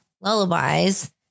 lullabies